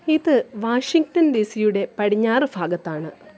ഇത് Washington D സിയുടെ പടിഞ്ഞാറ് ഭാഗത്താണ്